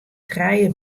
trije